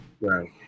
right